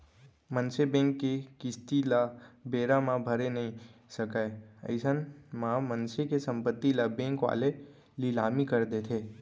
मनसे बेंक के किस्ती ल बेरा म भरे नइ सकय अइसन म मनसे के संपत्ति ल बेंक वाले लिलामी कर देथे